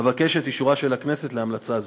אבקש את אישורה של הכנסת להמלצה זו.